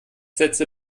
sätze